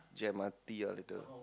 which M_R_T ah later